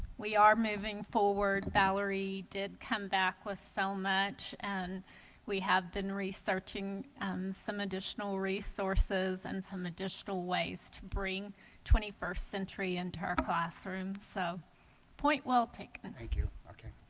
we are moving forward valerie did come back with so much and we have been researching some additional resources and some additional ways to bring twenty first century into our classrooms, so point well-taken, thank you, okay?